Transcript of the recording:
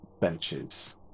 benches